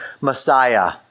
Messiah